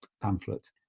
pamphlet